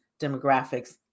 demographics